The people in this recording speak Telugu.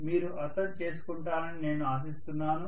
మీరు అర్థం చేసుకుంటారని నేను ఆశిస్తున్నాను